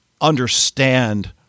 understand